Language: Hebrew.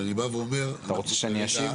אתה רוצה שאני אשיב?